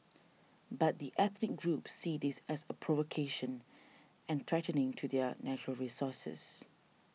but the ethnic groups see this as a provocation and threatening to their natural resources